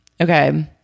Okay